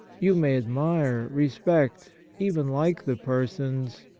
you may admire, respect, even like, the persons,